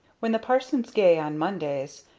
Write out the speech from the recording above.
when the parson's gay on mondays,